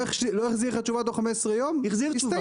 לא החזיר לך תשובה תוך 15 יום, הסתיים.